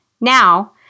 Now